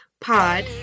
Pod